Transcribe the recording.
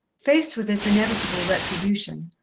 faced with this inevitable retribution,